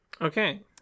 Okay